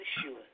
sure